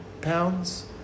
pounds